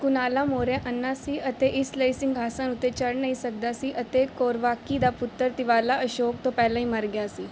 ਕੁਨਾਲਾ ਮੌਰਿਆ ਅੰਨ੍ਹਾ ਸੀ ਅਤੇ ਇਸ ਲਈ ਸਿੰਘਾਸਣ ਉੱਤੇ ਚੜ੍ਹ ਨਹੀਂ ਸਕਦਾ ਸੀ ਅਤੇ ਕੌਰਵਾਕੀ ਦਾ ਪੁੱਤਰ ਤਿਵਾਲਾ ਅਸ਼ੋਕ ਤੋਂ ਪਹਿਲਾਂ ਹੀ ਮਰ ਗਿਆ ਸੀ